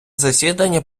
засідання